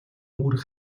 үүрэг